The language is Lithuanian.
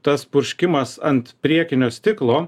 tas purškimas ant priekinio stiklo